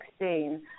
2016